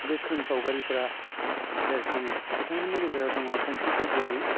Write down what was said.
गोख्रों सावगारिफोरा बेरखाङो बिथांमोननि गेजेराव दङ धोनस्रि स्वरगियारि